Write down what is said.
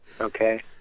Okay